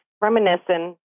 reminiscing